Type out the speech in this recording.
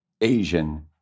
Asian